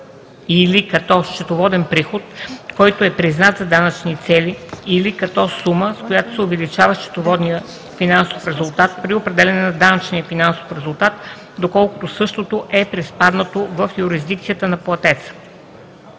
или като счетоводен приход, който е признат за данъчни цели, или като сума, с която се увеличава счетоводният финансов резултат, при определяне на данъчния финансов резултат, доколкото същото е приспаднато в юрисдикцията на платеца.